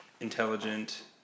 intelligent